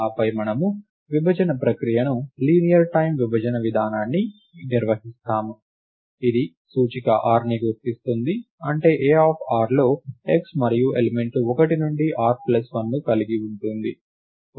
ఆపై మనము విభజన ప్రక్రియను లీనియర్ టైమ్ విభజన విధానాన్ని నిర్వహిస్తాము ఇది సూచిక rని గుర్తిస్తుంది అంటే Ar లో x మరియు ఎలిమెంట్లు 1 నుండి r 1 ను కలిగి ఉంటుంది